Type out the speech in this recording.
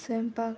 स्वयंपाक